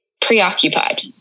preoccupied